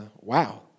wow